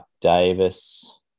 Davis